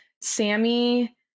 Sammy